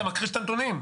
אתה מכחיש את הנתונים.